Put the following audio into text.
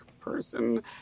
person